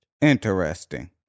interesting